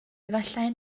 efallai